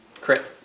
Crit